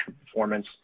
performance